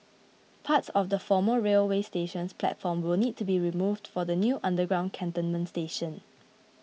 parts of the former railway station's platform will need to be removed for the new underground Cantonment station